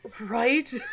Right